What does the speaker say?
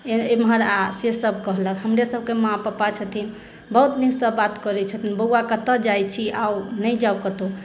इम्हर आ से सभ कहलक हमरे सभके माँ पपा छथिन बहुत नीकसँ बात करै छथिन बौआ कतऽ जाइ छी आउ नहि जाउ कतौ